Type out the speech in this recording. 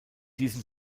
diesen